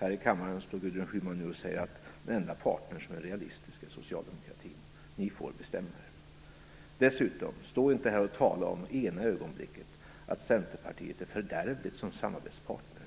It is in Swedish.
Här i kammaren står Gudrun Schyman nu och säger att den enda partner som är realistisk är Socialdemokraterna. Ni får bestämma er. Stå dessutom inte här och tala i ena ögonblicket om att Centerpartiet är fördärvligt som samarbetspartner